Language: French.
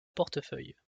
portefeuille